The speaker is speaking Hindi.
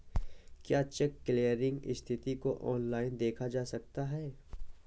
क्या चेक क्लीयरिंग स्थिति को ऑनलाइन देखा जा सकता है?